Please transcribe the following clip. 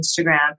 Instagram